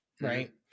right